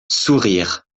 sourires